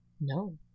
No